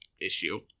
issue